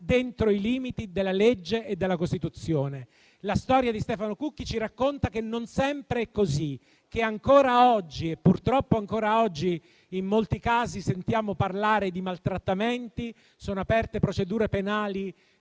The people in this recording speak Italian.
entro i limiti della legge e della Costituzione. La storia di Stefano Cucchi ci racconta che non sempre è così, che purtroppo ancora oggi in molti casi sentiamo parlare di maltrattamenti. Sono aperte procedure penali